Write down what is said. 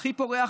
הכי פורח,